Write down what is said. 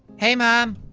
hey mom